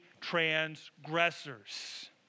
transgressors